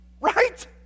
Right